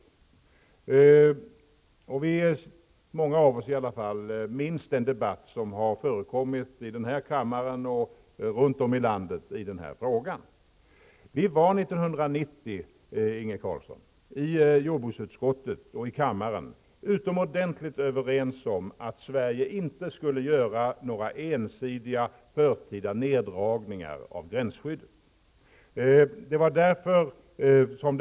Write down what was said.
Många av oss minns den debatt som har förekommit i denna kammare och runt om i landet i den frågan. Vi var 1990 i jordbruksutskottet och i kammaren utomordentligt överens om att Sverige inte skulle göra några ensidiga förtida neddragningar av gränsskyddet.